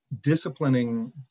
disciplining